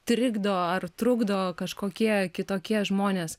trikdo ar trukdo kažkokie kitokie žmonės